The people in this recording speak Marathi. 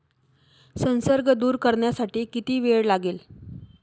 संसर्ग दूर करण्यासाठी किती वेळ लागेल?